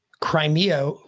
Crimea